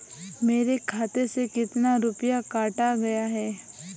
मेरे खाते से कितना रुपया काटा गया है?